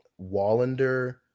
wallander